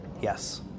Yes